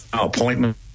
appointment